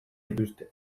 dituzte